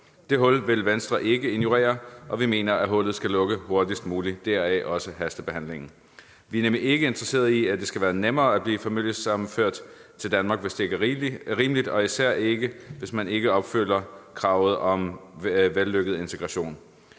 Det hul vil Venstre ikke ignorere, og vi mener, at hullet skal lukkes hurtigst muligt. Deraf også hastebehandlingen. Vi er nemlig ikke interesserede i, at det skal være nemmere at blive familiesammenført til Danmark, hvis det ikke er rimeligt, og især ikke, hvis man ikke opfylder kravet om vellykket integration.